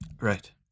Right